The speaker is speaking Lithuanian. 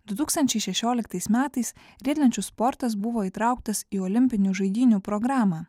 du tūkstančiai šešioliktais metais riedlenčių sportas buvo įtrauktas į olimpinių žaidynių programą